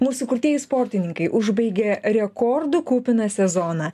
mūsų kurtieji sportininkai užbaigė rekordų kupiną sezoną